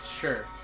Sure